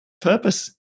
purpose